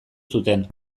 zuten